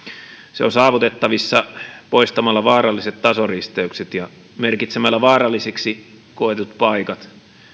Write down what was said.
se on saavutettavissa poistamalla vaaralliset tasoristeykset ja merkitsemällä vaarallisiksi koetut paikat